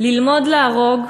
"ללמוד להרוג"